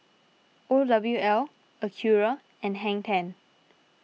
O W L Acura and Hang ten